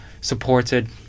supported